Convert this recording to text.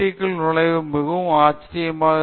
IITக்குள் நுழைந்தது மிகவும் ஆச்சரியமாக பார்க்கப்பட்டது